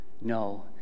No